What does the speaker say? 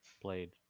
played